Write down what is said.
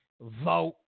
vote